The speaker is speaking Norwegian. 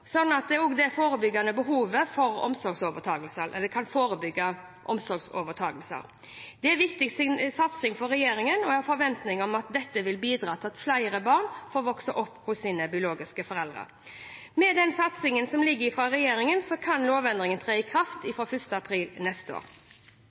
behovet for omsorgsovertakelser. Dette er en viktig satsing for regjeringen, og jeg har forventning om at dette vil bidra til at flere barn får vokse opp hos sine biologiske foreldre. Med den satsingen som ligger fra regjeringen, kan lovendringen tre i kraft fra 1. april neste år.